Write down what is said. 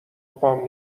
پام